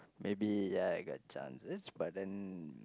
maybe ya I got chance yes but then